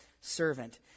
servant